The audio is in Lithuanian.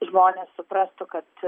žmonės suprastų kad